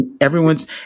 everyone's